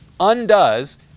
undoes